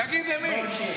תגיד למי.